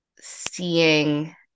seeing